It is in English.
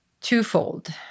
twofold